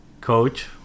coach